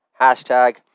Hashtag